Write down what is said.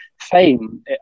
fame